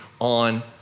on